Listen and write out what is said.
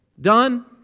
Done